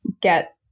get